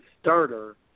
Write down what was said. starter